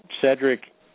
Cedric